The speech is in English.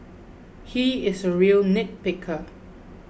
he is a real nitpicker